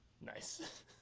Nice